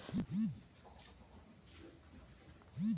syndicated loan उ होत हवे जेमे उधारकर्ता लोग के समूह पईसा देत हवे